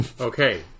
Okay